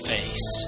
Face